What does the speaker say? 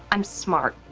i'm smart,